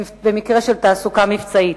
במקרה של תעסוקה מבצעית.